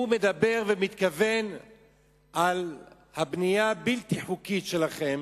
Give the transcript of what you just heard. הוא מדבר ומתכוון לבנייה הבלתי-חוקית שלכם,